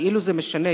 כאילו זה משנה,